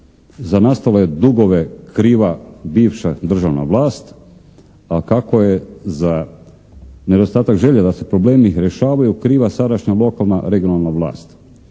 za nastale dugove kriva bivša državna vlast a kako je za nedostatak želje da se problemi rješavaju kriva sadašnja lokalna regionalna vlast.